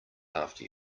after